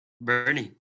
Bernie